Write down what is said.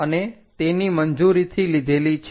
અને તેની મંજૂરીથી લીધેલી છે